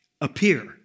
appear